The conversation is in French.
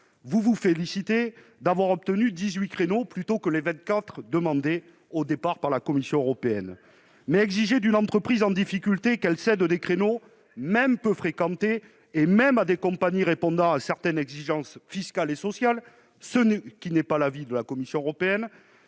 vous vous félicitez de n'avoir à céder que 18 créneaux plutôt que les 24 demandés initialement par la Commission européenne. Mais exiger d'une entreprise en difficulté qu'elle cède des créneaux, même peu fréquentés et même à des compagnies répondant à certaines exigences fiscales et sociales, ce qui n'est pas de l'avis de la Commission européenne,